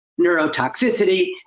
neurotoxicity